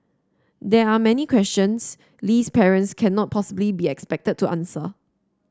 there are many questions Lee's parents cannot possibly be expected to answer